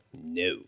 No